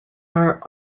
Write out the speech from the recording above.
are